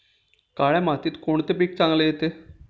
काळ्या मातीत कोणते पीक चांगले येते?